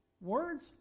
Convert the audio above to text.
Words